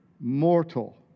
mortal